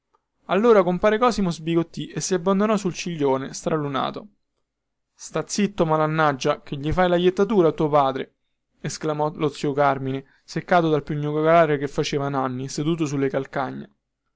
allora compare cosimo sbigottì e si abbandonò sul ciglione stralunato sta zitto malannaggia che gli fai la jettatura a tuo padre esclamò lo zio carmine seccato dal piagnucolare che faceva nanni seduto sulle calcagna